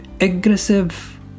aggressive